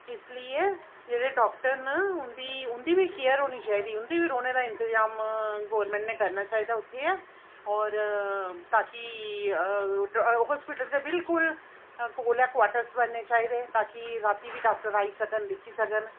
इस लेई जेह्ड़े डाक्टर न उं'दी उं'दी बी केयर होनी चाहिदी उं'दे बी रौह्ने दा इंतजाम गौरमैंट नै करना चाहिदा उत्थै गै और ता कि हास्पिटल दे बिल्कुल कोल गै क्वार्टर बनने चाहिदे ता कि राती बी डाक्टर आई सकन दिक्खी सकन